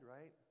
right